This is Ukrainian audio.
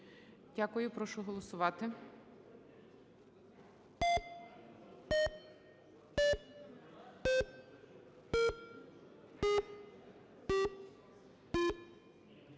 Дякую. Прошу голосувати.